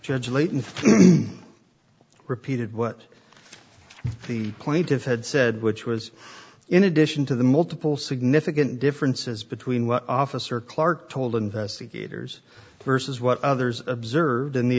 judge layton repeated what the plaintiff had said which was in addition to the multiple significant differences between what officer clark told investigators versus what others observed in the